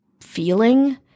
feeling